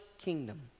kingdom